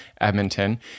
Edmonton